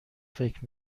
فکر